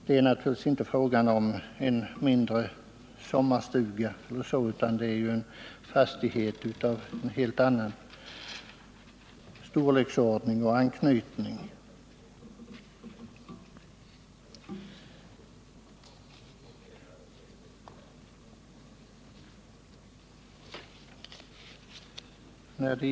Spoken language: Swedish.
Det gäller inte mindre sommarstugor och liknade, utan det är fastigheter av helt annan storlek som motiverar denna skattemässiga anknytning.